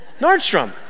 Nordstrom